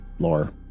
lore